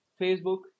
Facebook